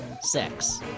sex